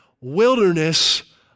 wilderness